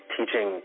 teaching